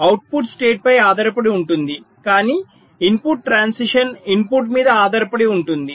output state ఫై ఆధారపడి ఉంటుంది కానీ ఇన్పుట్ ట్రాన్సిషన్ ఇన్పుట్ మీద ఆధారపడి ఉంటుంది